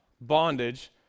bondage